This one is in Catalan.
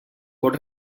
pot